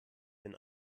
bin